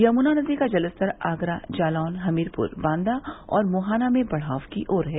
यमुना नदी का जलस्तर आगरा जालौन हमीरपुर बांदा और मोहना में बढ़ाव की ओर है